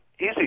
easy